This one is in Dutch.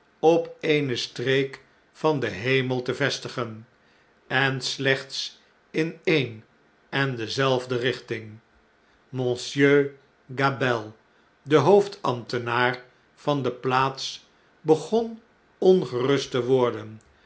op eene streek van den hemel te vestigen en slechts in eene en dezelfde richting monsieur gabelle de hoofdambtenaar van de plaats begon ongerust te worden